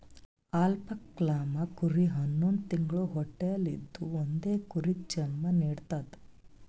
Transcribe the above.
alpaca llama ಕುರಿ ಹನ್ನೊಂದ್ ತಿಂಗ್ಳ ಹೊಟ್ಟಲ್ ಇದ್ದೂ ಒಂದೇ ಕರುಗ್ ಜನ್ಮಾ ನಿಡ್ತದ್